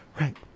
Right